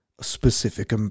Specific